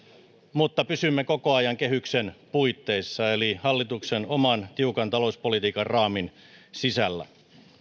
mutta pysymme koko ajan kehyksen puitteissa eli hallituksen oman tiukan talouspolitiikan raamin sisällä